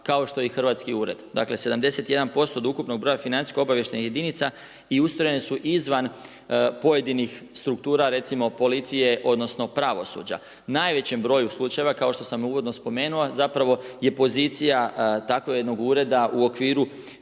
kao što i hrvatski ured. Dakle, 71% od ukupnog broja financijskog obavještajnog jedinica i ustrojene su i izvan pojedinih struktura, recimo policije, odnosno pravosuđa, najvećem broju slučajeva kao što sam uvodno spomenuo zapravo je pozicija takvog jednog ureda u okviru